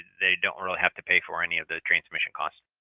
they don't really have to pay for any of the transmission costs.